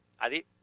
Adi